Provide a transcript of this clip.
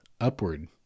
upward